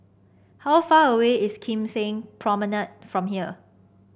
how far away is Kim Seng Promenade from here